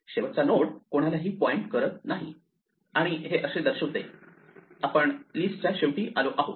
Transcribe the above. शेवटचा नोड कोणालाही पॉईंट करत नाही आणि हे असे दर्शवते ही आपण लिस्टच्या शेवटी आलो आहोत